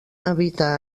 habita